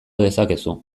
dezakezu